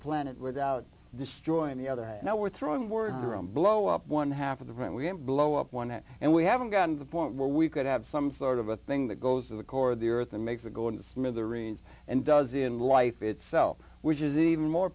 planet without destroying the other and now we're throwing words around blow up one half of the room we can blow up one at and we haven't gotten the point where we could have some sort of a thing that goes to the core of the earth and makes it go into smithereens and does in life itself which is even more